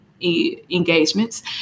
engagements